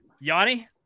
Yanni